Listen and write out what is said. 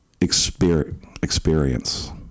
experience